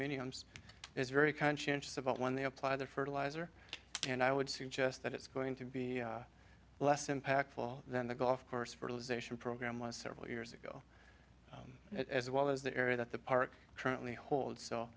niums is very conscientious about when they apply their fertilizer and i would suggest that it's going to be less impactful than the golf course fertilization program was several years ago as well as the area that the park currently holds so